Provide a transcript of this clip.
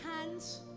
hands